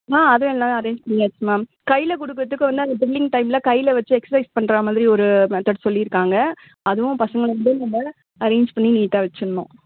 ஆ அதுவும் எல்லாம் அரேஞ்ச் பண்ணியாச்சு மேம் கையில் கொடுக்கறதுக்கு வந்து அந்த ட்ரிலிங் டைமில் கையில் வெச்சு எக்ஸர்சைஸ் பண்ணுறா மாதிரி ஒரு மெத்தட் சொல்லியிருக்காங்க அதுவும் பசங்களை வந்து நம்ம அரேஞ்ச் பண்ணி நீட்டாக வெச்சுட்ணும்